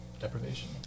deprivation